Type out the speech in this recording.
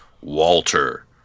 Walter